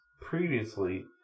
previously